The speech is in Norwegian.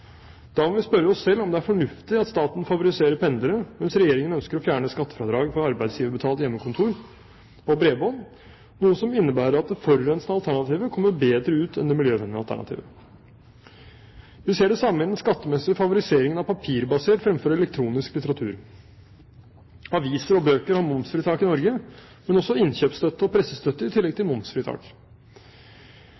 Da må vi spørre oss selv om det er fornuftig at staten favoriserer pendlere, mens Regjeringen ønsker å fjerne skattefradrag for arbeidsgiverbetalt hjemmekontor og bredbånd, noe som innebærer at det forurensende alternativet kommer bedre ut enn det miljøvennlige alternativet. Vi ser det samme i den skattemessige favoriseringen av papirbasert fremfor elektronisk litteratur. Aviser og bøker har momsfritak i Norge, men også innkjøpsstøtte og pressestøtte i tillegg til